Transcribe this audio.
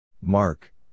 Mark